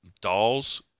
dolls